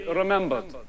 remembered